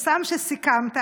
פורסם שסיכמת,